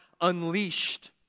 unleashed